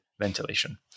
ventilation